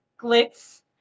glitz